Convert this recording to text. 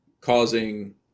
causing